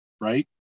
right